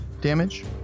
damage